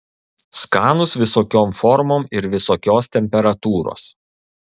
skanūs visokiom formom ir visokios temperatūros